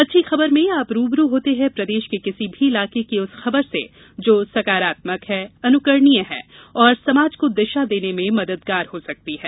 अच्छी खबर में आप रूबरू होते हैं प्रदेश के किसी भी इलाके की उस खबर से जो सकारात्मक है अनुकरणीय है और समाज को दिशा देने में मददगार हो सकती है